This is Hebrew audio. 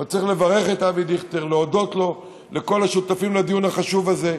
אבל צריך לברך את אבי דיכטר ולהודות לו ולכל השותפים לדיון החשוב הזה.